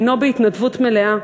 הנו בהתנדבות מלאה.